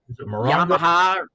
Yamaha